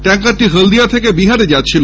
ট্যাঙ্কারটি হলদিয়া থেকে বিহারে যাচ্ছিল